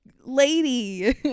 lady